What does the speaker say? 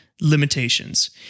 limitations